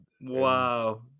Wow